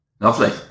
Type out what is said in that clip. Lovely